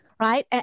Right